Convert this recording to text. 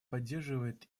поддерживает